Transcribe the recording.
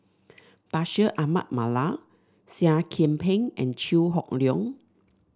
Bashir Ahmad Mallal Seah Kian Peng and Chew Hock Leong